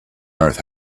earth